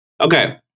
Okay